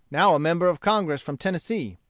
now a member of congress from tennessee.